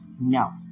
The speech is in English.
No